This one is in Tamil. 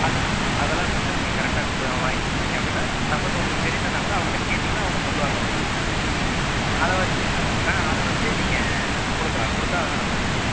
அதெலாம் அதெலாம் கொஞ்சம் நீங்கள் கரெக்டாக கொடு வாங்கி கொடுத்திங்க அப்படின்னா சப்போஸ் உங்களுக்கு தெரியலன்னா கூட அவுங்கள்கிட்ட கேட்டிங்கன்னால் அவங்க சொல்லுவாங்க உங்களுக்கு அதை வைச்சு ஆ அதை வைச்சு நீங்கள் கொடுக்கலாம் கொடுத்தா அதெலாம் நல்லது தாங்க